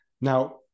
Now